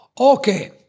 Okay